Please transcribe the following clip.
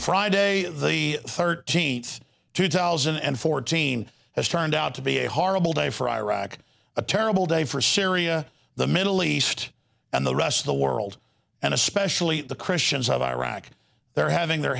friday the thirteenth two thousand and fourteen has turned out to be a horrible day for iraq a terrible day for syria the middle east and the rest of the world and especially the christians of iraq they're having their